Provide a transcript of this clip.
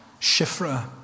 Shifra